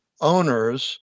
owners